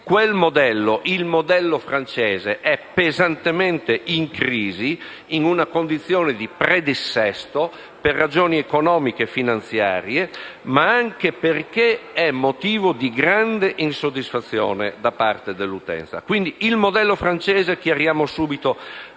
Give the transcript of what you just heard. europeo. Il modello francese è pesantemente in crisi, in una condizione di predissesto per ragioni economiche e finanziarie, ma anche perché motivo di grande insoddisfazione da parte dell'utenza. Quindi - desidero chiarirlo subito